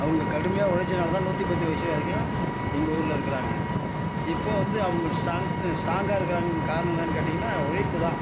அவங்க கடுமையாக உழைச்சனால தான் நூற்றி பத்து வயது வரைக்கும் எங்கள் ஊரில் இருக்கிறாங்க இப்போ வந்து அவர்களோட சாந்த்து ஸ்டாங்காக இருக்கிறாங்கன்னு காரணம் என்னான்னு கேட்டீங்கன்னால் உழைப்பு தான்